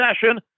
session